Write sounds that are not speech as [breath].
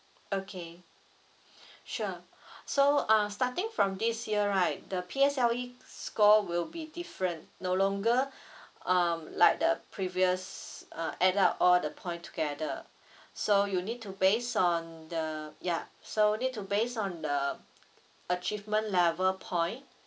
okay [breath] sure [breath] so ah starting from this year right the P_S_L_E score will be different no longer [breath] um like the previous uh add up all the point together [breath] so you need to base on the ya so need to base on the achievement level point